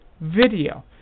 video